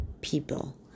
people